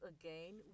again